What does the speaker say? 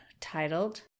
titled